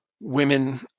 women